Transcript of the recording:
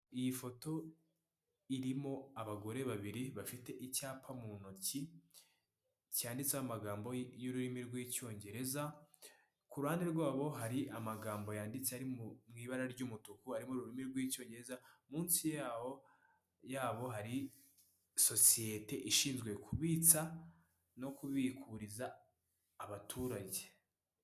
Iyi foto irimo abagore babiri bafite icyapa mu ntoki, cyanditseho amagambo y'ururimi rw'icyongereza, ku ruhande rwabo hari amagambo yanditse ari mu ibara ry'umutuku arimo ururimi rw'icyongereza, munsi yaho yabo hari sosiyete ishinzwe kubitsa no kubikuririza abaturage.